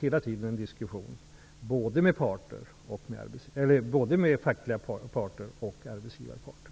Jag för dessa diskussioner med både de fackliga parterna och arbetsgivarparterna.